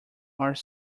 are